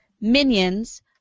Minions